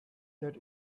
that